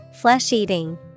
Flesh-eating